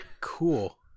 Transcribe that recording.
Cool